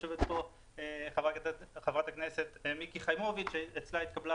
יושבת פה חברת הכנסת מיקי חיימוביץ' שאצלה התקבלה